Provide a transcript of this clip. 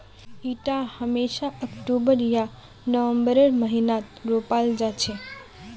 इटा हमेशा अक्टूबर या नवंबरेर महीनात रोपाल जा छे